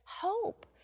hope